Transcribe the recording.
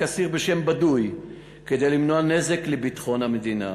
אסיר בשם בדוי כדי למנוע נזק לביטחון המדינה,